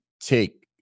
take